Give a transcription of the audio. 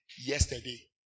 yesterday